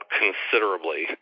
considerably